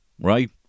right